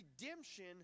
redemption